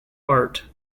art